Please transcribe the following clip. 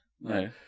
No